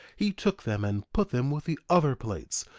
he took them and put them with the other plates,